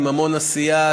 עם המון עשייה,